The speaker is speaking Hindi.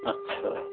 अच्छा